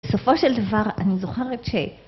בסופו של דבר אני זוכרת ש...